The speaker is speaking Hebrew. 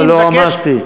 לא, לא רמזתי.